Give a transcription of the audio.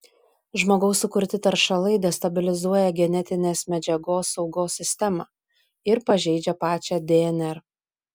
žmogaus sukurti taršalai destabilizuoja genetinės medžiagos saugos sistemą ir pažeidžia pačią dnr